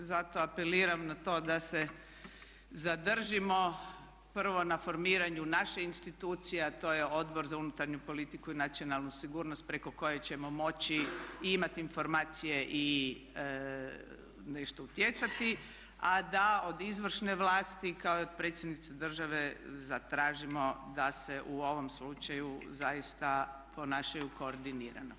Zato apeliram na to da se zadržimo prvo na formiranju naše institucije, a to je Odbor za unutarnju politiku i nacionalnu sigurnost preko koje ćemo moći imati informacije i nešto utjecati, a da od izvršne vlasti kao i od predsjednice države zatražimo da se u ovom slučaju zaista ponašaju koordinirano.